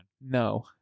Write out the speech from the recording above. No